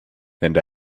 and